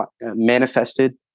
manifested